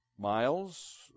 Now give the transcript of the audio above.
miles